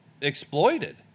exploited